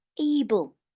able